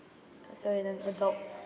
that's why you have doubts